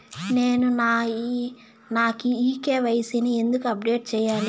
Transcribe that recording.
నేను నా కె.వై.సి ని ఎందుకు అప్డేట్ చెయ్యాలి?